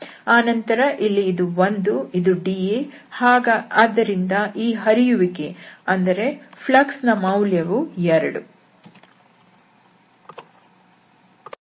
ಆನಂತರ ಇಲ್ಲಿ ಇದು 1 ಇದು dA ಆದ್ದರಿಂದ ಈ ಹರಿಯುವಿಕೆ ಯ ಮೌಲ್ಯವು 2